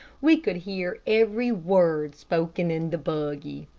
we could hear every word spoken in the buggy.